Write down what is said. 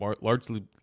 largely